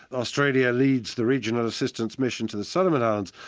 australia leads the regional assistance mission to the solomon islands.